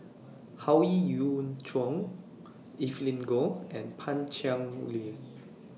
Howe Yoon Chong Evelyn Goh and Pan Cheng Lui